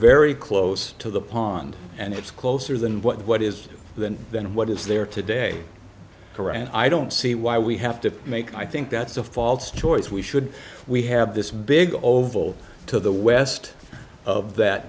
very close to the pond and it's closer than what is than than what is there today qur'an i don't see why we have to make i think that's a false choice we should we have this big oval to the west of that